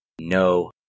no